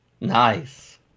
Nice